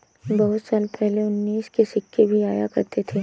बहुत साल पहले अठन्नी के सिक्के भी आया करते थे